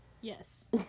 Yes